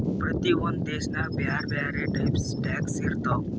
ಪ್ರತಿ ಒಂದ್ ದೇಶನಾಗ್ ಬ್ಯಾರೆ ಬ್ಯಾರೆ ಟೈಪ್ ಟ್ಯಾಕ್ಸ್ ಇರ್ತಾವ್